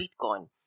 Bitcoin